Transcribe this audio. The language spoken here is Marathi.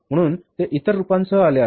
म्हणूनच ते इतर रूपांसह आले आहेत